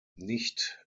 nicht